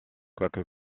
quoique